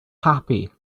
happy